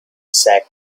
sack